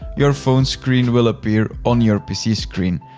your phone screen will appear on your pc screen.